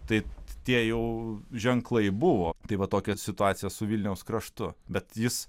tai tie jau ženklai buvo tai va tokia situacija su vilniaus kraštu bet jis